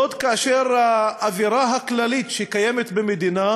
זאת, כאשר האווירה הכללית שקיימת במדינה